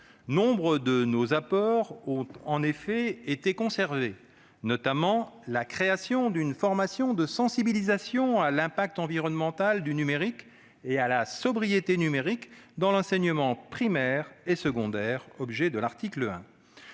Nombre de nos apports ont en effet été conservés, notamment : la création d'une formation de sensibilisation à l'impact environnemental du numérique et à la sobriété numérique dans l'enseignement primaire et secondaire, qui fait l'objet de l'article 1